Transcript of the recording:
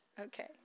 Okay